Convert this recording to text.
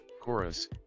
chorus